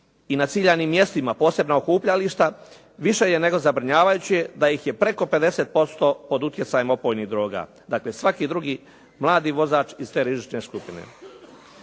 i na ciljanim mjestima, posebno okupljališta više je nego zabrinjavajuće da ih je preko 50% pod utjecajem opojnih droga, dakle, svaki drugi mladi vozač iz te rizične skupine.